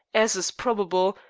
as is probable,